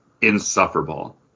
insufferable